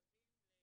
כשפניתי